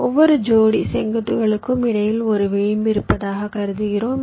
ஒவ்வொரு ஜோடி செங்குத்துகளுக்கும் இடையில் ஒரு விளிம்பு இருப்பதாக கருதுகிறோம்